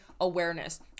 awareness